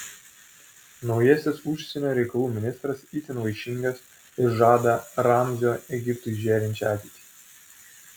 naujasis užsienio reikalų ministras itin vaišingas ir žada ramzio egiptui žėrinčią ateitį